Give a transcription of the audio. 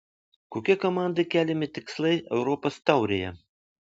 kokie komandai keliami tikslai europos taurėje